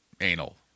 anal